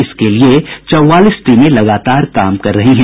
इसके लिये चौवालीस टीमें लगातार काम कर रही हैं